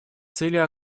цели